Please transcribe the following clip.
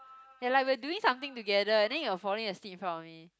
ya like we are doing something together and then you are falling asleep in front of me